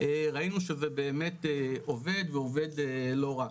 ראינו שזה באמת עובד ועובד לא רע.